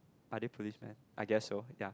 are they policeman I guess so ya